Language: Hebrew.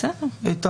בסדר.